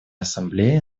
ассамблеей